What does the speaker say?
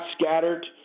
scattered